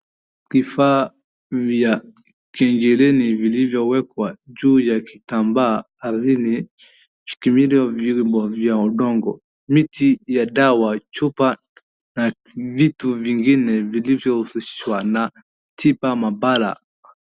Vifaa vya kiingilini vilivyowekwa juu ya kitambaa alili vya udongo, miti ya dawa chupa na vitu vingine vilivyohusishwa na tipa mabala.